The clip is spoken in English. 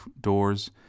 doors